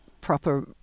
proper